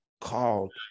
called